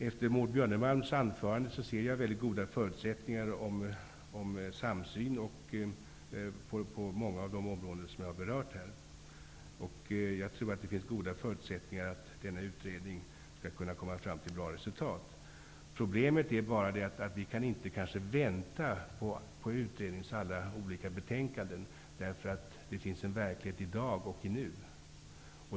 Efter Maud Björnemalms anförande ser jag väldigt goda förutsättningar för samsyn på många av de områden som jag här har berört. Jag tror att det finns goda förutsättningar för att denna utredning skall komma fram till ett bra resultat. Problemet är bara att vi inte kan vänta på utredningens olika betänkanden. Det finns nämligen en verklighet här och nu.